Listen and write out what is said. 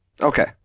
Okay